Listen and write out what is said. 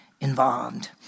involved